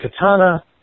katana